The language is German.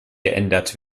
geändert